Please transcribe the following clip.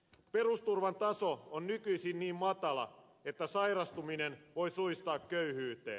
perusturvan taso on nykyisin niin matala että sairastuminen voi suistaa köyhyyteen